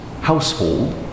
household